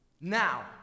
Now